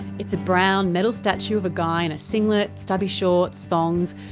it's a brown metal statue of a guy in a singlet, stubby shorts, thongs.